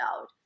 out